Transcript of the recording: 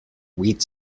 wheat